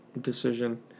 Decision